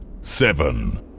seven